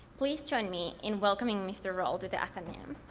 please join me in welcoming mr. rall to the athenaeum.